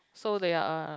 so they are